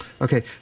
Okay